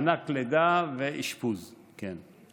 משלמים מענק לידה ואשפוז, כן.